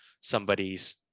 somebody's